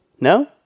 No